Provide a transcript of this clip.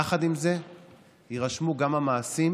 אף אחד לא מנסה לבצע פה